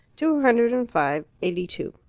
two hundred and five eighty-two.